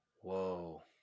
Whoa